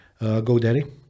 GoDaddy